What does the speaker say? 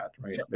right